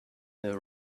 the